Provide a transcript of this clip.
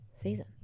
season